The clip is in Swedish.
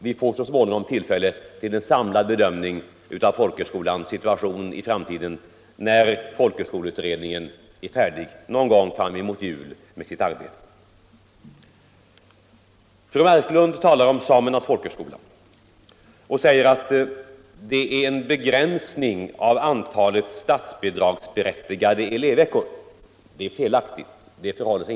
Vi får så småningom tillfälle till en samlad bedömning av folkhögskolans 183 situation i framtiden, när folkhögskoleutredningen är färdig med sitt arbete någon gång framemot jul. Fru Marklund talar om Samernas folkhögskola och säger att det har beslutats en begränsning av antalet statsbidragsberättigade elevveckor. Det förhåller sig inte så.